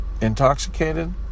intoxicated